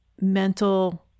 mental